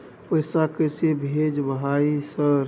पैसा कैसे भेज भाई सर?